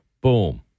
Boom